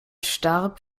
starb